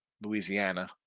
Louisiana